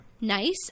nice